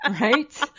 right